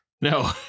No